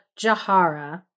Jahara